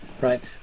right